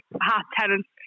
half-tenants